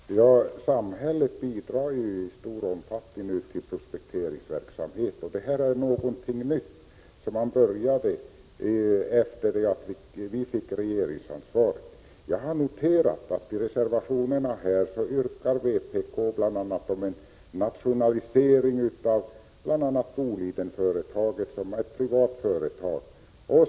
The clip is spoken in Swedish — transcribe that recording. Herr talman! Samhället bidrar i stor omfattning till prospekteringsverksamheten. Det är någonting nytt, som man började med efter det att vi fick regeringsansvaret. Jag har noterat att i en av reservationerna yrkar vpk på nationalisering av 95 bl.a. Bolidenbolaget, som är ett privat företag.